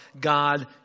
God